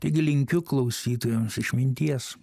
taigi linkiu klausytojams išminties